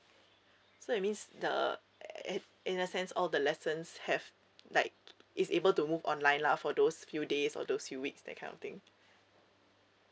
so it means the in in a sense all the lessons have like it's able to move online lah for those few days or those few weeks that kind of thing